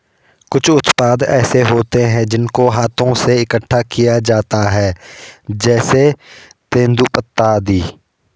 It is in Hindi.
कुछ उत्पाद ऐसे होते हैं जिनको हाथों से इकट्ठा किया जाता है जैसे तेंदूपत्ता आदि